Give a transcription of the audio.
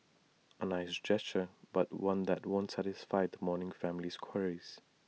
A nice gesture but one that won't satisfy the mourning family's queries